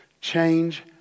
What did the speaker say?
change